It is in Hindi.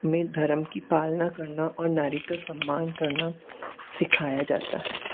मैं धर्म की पालना करना और नारी का सम्मान करना सिखाया जाता है